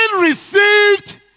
received